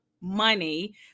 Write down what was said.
money